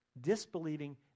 Disbelieving